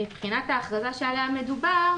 מבחינת ההכרזה שעליה מדובר,